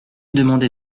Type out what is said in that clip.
demandez